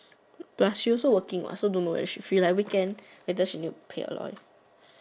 plus she also working what so don't know whether she free like weekend whether she need to 陪 Aloy